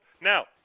Now